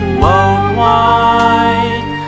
worldwide